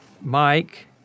Mike